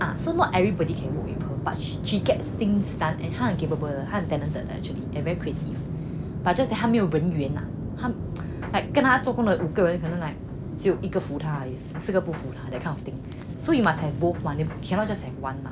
ah so not everybody can go into but she get things done 他很 capable 他很 talented 的 actually and very creative but just that 他没有人缘 like 跟他做工的五个人可能 like 只有一个服他而已其他人不服 that kind of thing so you must have both mah 对不对 cannot just have one